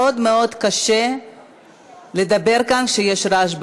מאוד מאוד קשה לדבר כאן כשיש רעש בעולם,